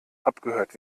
abgehört